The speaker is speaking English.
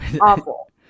Awful